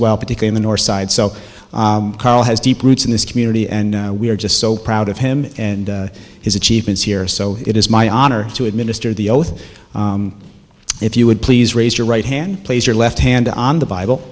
well particularly the north side so carl has deep roots in this community and we are just so proud of him and his achievements here so it is my honor to administer the oath if you would please raise your right hand plays your left hand on the bible